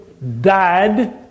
died